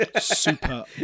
super